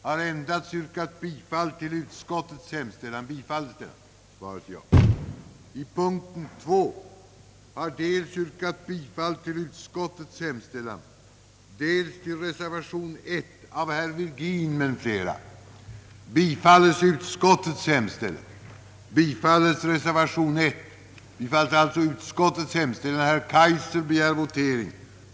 Herr talman!